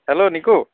hello Nico